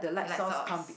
light sauce